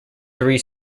three